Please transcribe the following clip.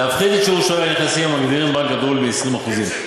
להפחית את שיעור שווי הנכסים המגדירים בנק גדול מ-20% איציק,